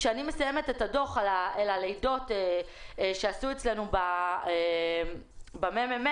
כשאני מציינת את הדוח על הלידות שעשו אצלנו במרכז המחקר